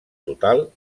total